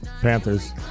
Panthers